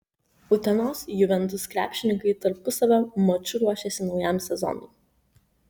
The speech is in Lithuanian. utenos juventus krepšininkai tarpusavio maču ruošiasi naujam sezonui